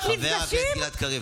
חבר הכנסת גלעד קריב,